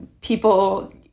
people